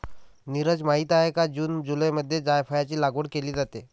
नीरज माहित आहे का जून जुलैमध्ये जायफळाची लागवड केली जाते